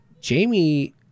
Jamie